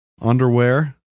underwear